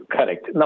Correct